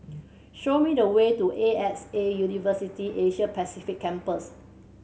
show me the way to A X A University Asia Pacific Campus